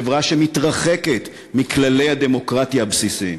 חברה שמתרחקת מכללי הדמוקרטיה הבסיסיים.